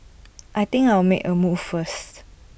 I think I'll make A move first